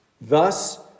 Thus